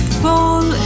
fall